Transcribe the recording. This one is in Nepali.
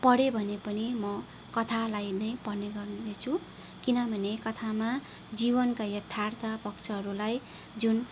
पढेँ भने पनि म कथालाई नै पढ्ने गर्नेछु किनभने कथामा जीवनका यथार्थ पक्षहरूलाई जुन